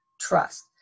trust